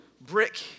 brick